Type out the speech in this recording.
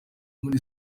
muri